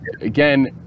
again